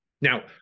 now